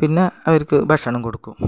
പിന്നെ അവർക്ക് ഭക്ഷണം കൊടുക്കും അങ്ങനെ